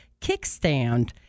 Kickstand